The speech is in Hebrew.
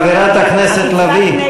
חברת הכנסת לביא.